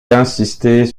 d’insister